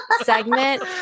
segment